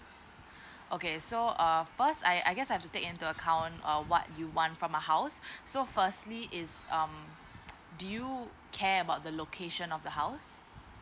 okay so err first I I guess I have to take into account uh what you want from a house so firstly is um do you care about the location of the house